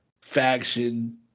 faction